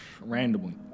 randomly